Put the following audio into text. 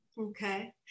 Okay